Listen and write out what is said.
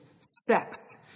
sex